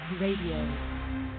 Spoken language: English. Radio